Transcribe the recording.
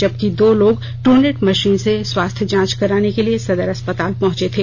जबकि दो लोग ट्रू नेट मशीन से स्वास्थ्य जांच कराने के लिए सदर अस्पताल पहुंचे थे